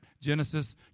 Genesis